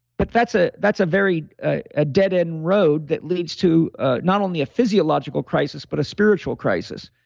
but that's a that's a very, a dead end road that leads to not only a physiological crisis, but a spiritual crisis.